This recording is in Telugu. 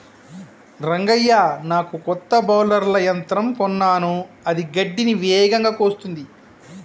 రంగయ్య నాకు కొత్త బౌలర్ల యంత్రం కొన్నాను అది గడ్డిని వేగంగా కోస్తుంది